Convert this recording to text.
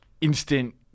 instant